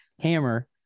hammer